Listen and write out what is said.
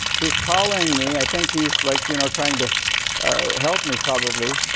he's calling me, i think he's like, you know, trying to help me probably.